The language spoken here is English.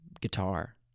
guitar